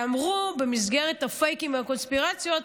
ואמרו במסגרת הפייקים והקונספירציות: